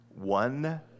One